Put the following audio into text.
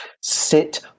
sit